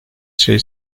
şey